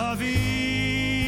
באוויר